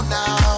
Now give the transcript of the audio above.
now